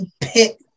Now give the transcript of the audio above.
pick